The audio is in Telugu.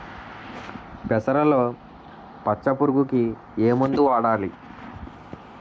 పెసరలో పచ్చ పురుగుకి ఏ మందు వాడాలి?